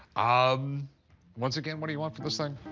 um once again, what do you want for this thing?